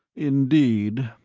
indeed.